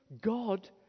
God